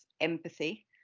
empathy